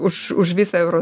už už visą euro